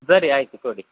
ಸರಿ ಆಯಿತು ಕೊಡಿ